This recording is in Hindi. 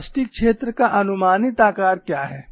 प्लास्टिक क्षेत्र का अनुमानित आकार क्या है